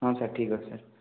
ହଁ ସାର୍ ଠିକ୍ ଅଛି ସାର୍